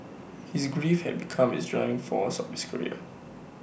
his grief had become his driving force of his career